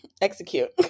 execute